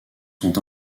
sont